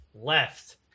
left